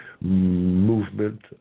movement